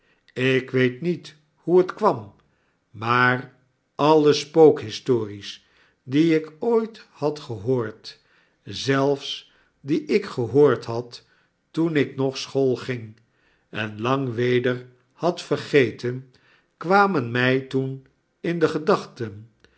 ik weet niet hoe het kwam maar alle spookhistories die ik ooit had gehoord zelfs die ik gehoord had toen ik nog school ging en lang weder had vergeten kwamen mij toen in de gedachten